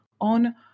on